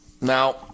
now